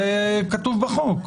זה כתוב בחוק.